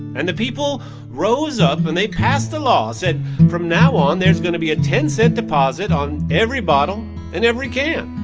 and the people rose up, and they passed a law that said, from now on, there's going to be a ten cent deposit on every bottle and every can.